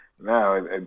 no